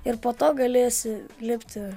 ir po to galėsi lipti